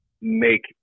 make